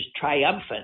triumphant